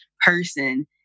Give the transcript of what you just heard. person